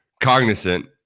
cognizant